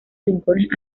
rincones